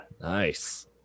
nice